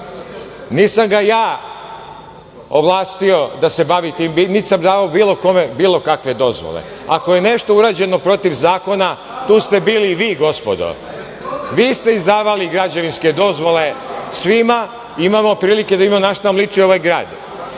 Nisam ga ja ovlastio da se bavi, niti sam davao bilo kakve dozvole. Ako je nešto urađeno protiv zakona, tu ste bili vi gospodo, vi ste izdavali građevinske dozvole svima. Imamo prilike da vidimo na šta nam liči ovaj grad. Što